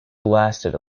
blasted